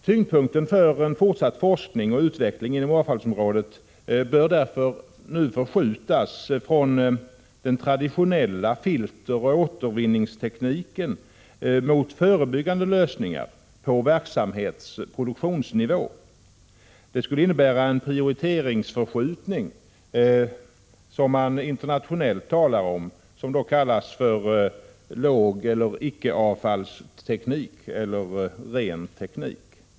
Tyngdpunkten för en fortsatt forskning och utveckling inom avfallsområdet bör därför nu förskjutas från den traditionella filteroch återvinningstekniken mot förebyggande lösningar på verksamhetsoch produktionsnivå. Det skulle innebära en prioriteringsförskjutning som man internationellt talar om och som då kallas för lågeller icke-avfallsteknik eller ren teknik.